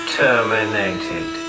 terminated